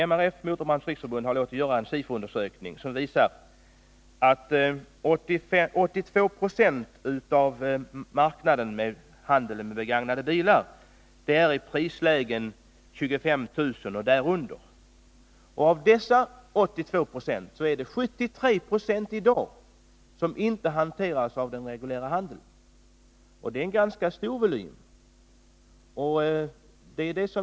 MRF —- Motorbranschens riksförbund — har låtit göra en SIFO-undersökning som visar att 82 26 av marknaden för begagnade bilar gäller bilar i prisläget 25 000 kr. och därunder. Av dessa 82 96 är det i dag 73 0 som inte hanteras av den reguljära handeln. Det är en ganska stor volym.